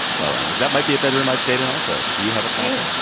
hello, emily. that might be a bedroom i've stayed in also. do you have a plan?